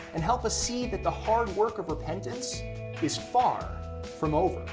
and help us see that the hard work of repentance is far from over.